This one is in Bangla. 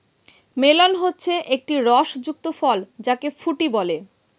মেলন হচ্ছে একটি রস যুক্ত ফল যাকে ফুটি বলে